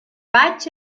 vaig